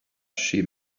she